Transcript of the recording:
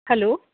hello